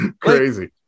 Crazy